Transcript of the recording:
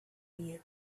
you